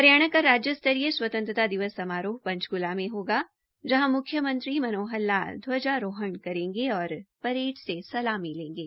हरियाणा का राज्य स्तरीय स्वतंत्रता दिवस समारोह पंचकूला में होगा जहां मुख्यमंत्री मनोहर लाल ध्वजारोहण करेंगे और परेड की सलामी लेंगे